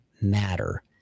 matter